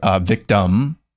victim